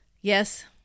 Yes